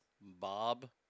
Bob